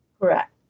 Correct